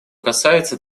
касается